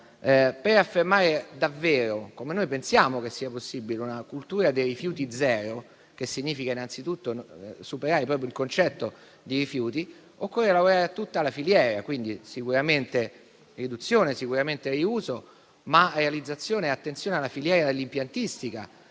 Per affermare davvero - come noi pensiamo che sia possibile - una cultura dei rifiuti zero, che significa innanzitutto superare proprio il concetto di rifiuti, occorre lavorare a tutta la filiera, quindi sicuramente tramite la riduzione e il riuso, ma anche tramite l'attenzione alla realizzazione della filiera dell'impiantistica